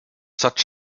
such